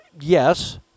Yes